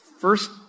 First